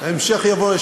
המשך יבוא.